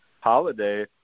Holiday